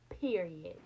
period